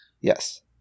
Yes